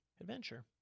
adventure